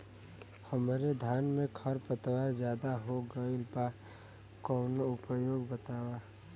हमरे धान में खर पतवार ज्यादे हो गइल बा कवनो उपाय बतावा?